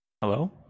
Hello